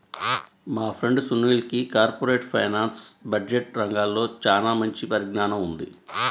మా ఫ్రెండు సునీల్కి corporate finance, budget రంగాల్లో చానా మంచి పరిజ్ఞానం ఉన్నది